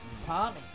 Tommy